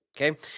Okay